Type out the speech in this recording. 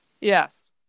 Yes